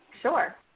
Sure